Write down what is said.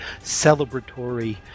celebratory